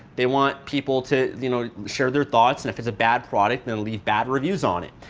they want people to you know share their thoughts and if it's a bad product then leave bad reviews on it.